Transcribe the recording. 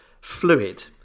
fluid